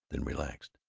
then relaxed.